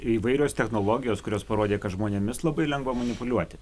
įvairios technologijos kurios parodė kad žmonėmis labai lengva manipuliuoti